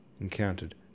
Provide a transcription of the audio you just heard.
encountered